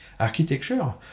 architecture